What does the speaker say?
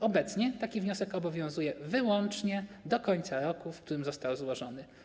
Obecnie taki wniosek obowiązuje wyłącznie do końca roku, w którym został złożony.